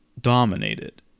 dominated